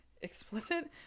explicit